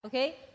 Okay